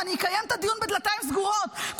אני אקיים את הדיון בדלתיים סגורות.